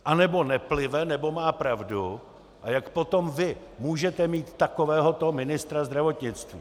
Anebo neplive, nebo má pravdu, a jak potom vy můžete mít takového to ministra zdravotnictví?